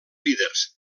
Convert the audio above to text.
líders